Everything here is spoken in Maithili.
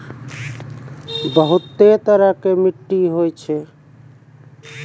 बहुतै तरह के मट्टी होय छै